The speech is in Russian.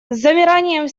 замиранием